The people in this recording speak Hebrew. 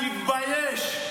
תתבייש.